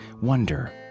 Wonder